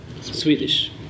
Swedish